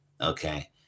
okay